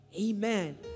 Amen